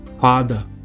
Father